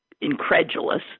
incredulous